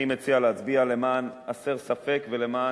אני מציע להצביע למען הסר ספק ולמען,